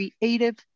creative